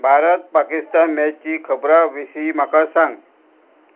भारत पाकिस्तान मॅची खबरां विशीं म्हाका सांग